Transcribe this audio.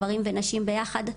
גברים ונשים ביחד,